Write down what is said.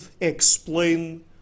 explain